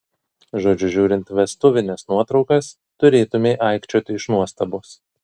žodžiu žiūrint vestuvines nuotraukas turėtumei aikčioti iš nuostabos